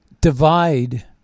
divide